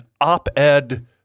op-ed